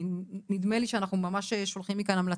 נדמה לי שאנחנו ממש שולחים מכאן המלצה.